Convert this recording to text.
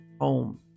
home